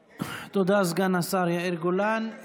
תודה, סגן השר יאיר גולן.